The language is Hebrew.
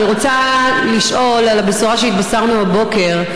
אני רוצה לשאול על הבשורה שהתבשרנו הבוקר על